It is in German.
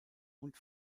und